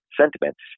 sentiments